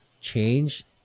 change